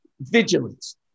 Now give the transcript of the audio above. vigilance